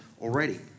already